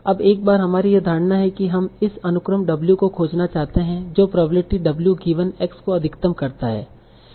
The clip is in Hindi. अब एक बार हमारी यह धारणा है हम इस अनुक्रम W को खोजना चाहते हैं जो प्रोबेब्लिटी W गिवन X को अधिकतम करता है